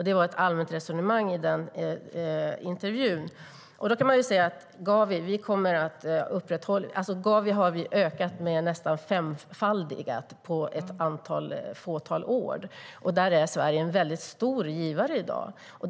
Det var ett allmänt resonemang i den intervjun. Då kan man säga att vi nästan har femfaldigat Gavi på ett fåtal år, och där är Sverige en stor givare i dag.